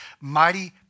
mighty